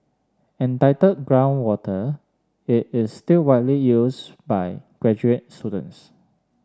entitled Groundwater it is still widely used by graduate students